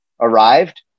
arrived